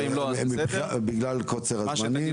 בגלל קוצר הזמנים.